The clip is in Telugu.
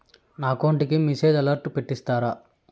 నా అకౌంట్ కి మెసేజ్ అలర్ట్ పెట్టిస్తారా